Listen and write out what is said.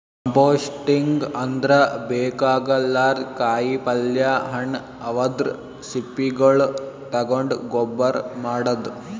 composting ಅಂದ್ರ ಬೇಕಾಗಲಾರ್ದ್ ಕಾಯಿಪಲ್ಯ ಹಣ್ಣ್ ಅವದ್ರ್ ಸಿಪ್ಪಿಗೊಳ್ ತಗೊಂಡ್ ಗೊಬ್ಬರ್ ಮಾಡದ್